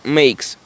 makes